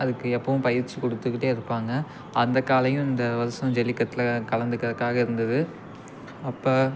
அதுக்கு எப்போவும் பயிற்சி கொடுத்துக்கிட்டே இருப்பாங்க அந்த காளையும் இந்த வருடம் ஜல்லிக்கட்டில் கலந்துக்கிறக்காக இருந்துது அப்போ